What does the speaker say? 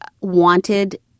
wanted